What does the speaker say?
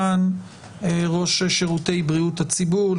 ראש שירותי בריאות הציבור שאיתנו כאן.